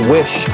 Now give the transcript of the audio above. wish